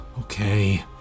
Okay